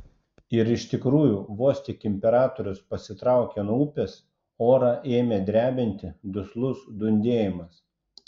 ir iš tikrųjų vos tik imperatorius pasitraukė nuo upės orą ėmė drebinti duslus dundėjimas